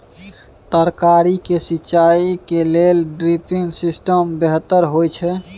तरकारी के सिंचाई के लेल ड्रिपिंग सिस्टम बेहतर होए छै?